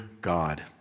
God